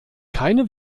keine